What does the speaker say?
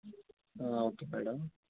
okay madam